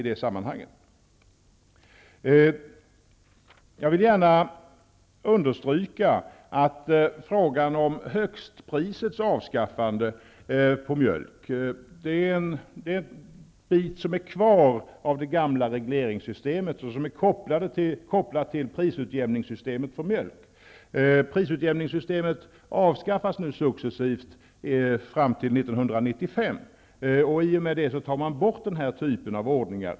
När det gäller frågan om högstprisets avskaffande på mjölk vill jag gärna säga att det är en bit som är kvar av det gamla regleringssystemet och som är kopplad till prisutjämningssystemet för mjölk. Prisutjämningssystemet avskaffas nu successivt fram till år 1995. I och med det tar man bort den här typen av ordningar.